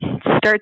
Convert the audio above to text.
start